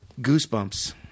Goosebumps